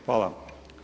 Hvala.